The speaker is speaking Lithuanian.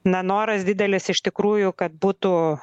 na noras didelis iš tikrųjų kad būtų